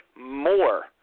more